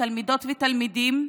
תלמידות ותלמידים,